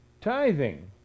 tithing